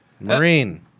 Marine